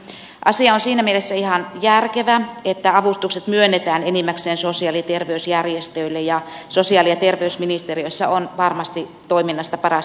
asia on siinä mielessä ihan järkevä että avustukset myönnetään enimmäkseen sosiaali ja terveysjärjestöille ja sosiaali ja terveysministeriössä on varmasti toiminnasta paras tietämys